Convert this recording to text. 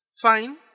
fine